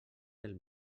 del